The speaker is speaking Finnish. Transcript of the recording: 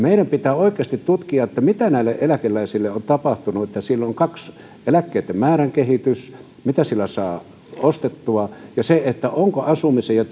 meidän pitää oikeasti tutkia mitä näille eläkeläisille on tapahtunut siellä on eläkkeitten määrän kehitys mitä eläkkeellä saa ostettua ja kun asumisen ja